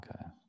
okay